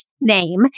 name